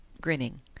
grinning